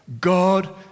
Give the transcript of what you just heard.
God